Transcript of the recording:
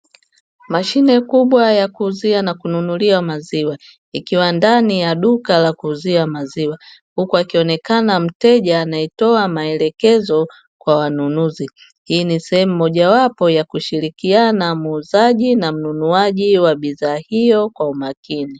Mashine kubwa ya kuuzia na kununulia maziwa ikiwa ndani ya duka la kuuzia maziwa huku akionekana mteja anayetoa maelekezo kwa wanunuzi .Hii ni sehemu moja wapo ya kushirikiana muuzaji na mnunuaji wa bidhaa hiyo kwa umakini.